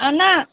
அண்ணா